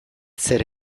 zer